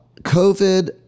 COVID